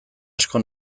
asko